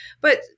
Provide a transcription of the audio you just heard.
but-